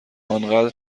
انقدر